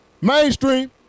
Mainstream